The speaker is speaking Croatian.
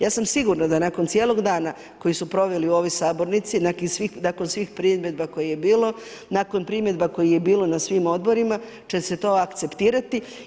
Ja sam sigurna da nakon cijelog dana koji su proveli u ovoj sabornici nakon svih primjedbi kojih je bilo, nakon primjedbi kojih je bilo na svim odborima će se to akceptirati.